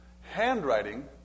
handwriting